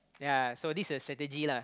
ya so this is the strategy lah